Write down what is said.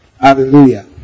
Hallelujah